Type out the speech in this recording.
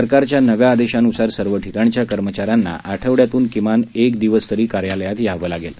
सरकारच्या नव्या आदेशानुसार सर्व ठिकाणच्या कर्मचाऱ्यांना आठवड्यातून किमान एक दिवस तरी कार्यालयात यावे लागेल